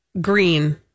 green